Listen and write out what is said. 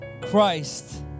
Christ